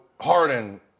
Harden